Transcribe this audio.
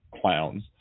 clowns